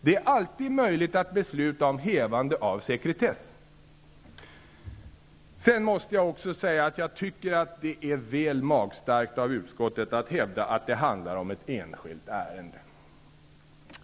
Det är alltid möjligt att besluta om hävande av sekretess. Vidare måste jag säga att jag tycker att det är väl magstarkt av utskottet att hävda att det handlar om ett enskilt ärende.